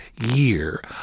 year